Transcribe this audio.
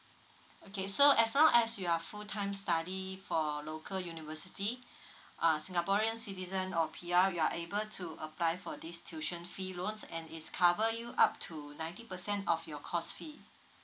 okay so as long as you are full time study for local university uh singaporean citizen or P_R you are able to apply for this tuition fee loans and is cover you up to ninety percent of your course fee